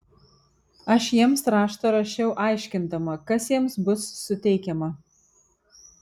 aš jiems raštą rašiau aiškindama kas jiems bus suteikiama